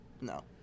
No